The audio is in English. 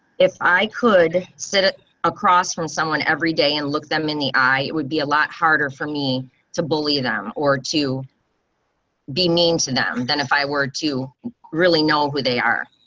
if i could sit across from someone every day and look them in the eye. it would be a lot harder for me to believe them or to be mean to them than if i were to really know who they are.